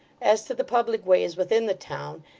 as to the public ways within the town,